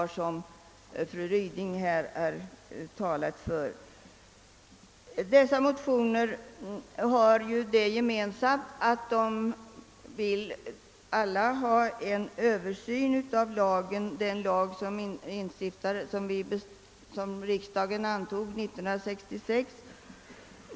Såsom fru Ryding anförde ställer man i kommunistmotionen samma krav men har där satt upp dem i olika punkter.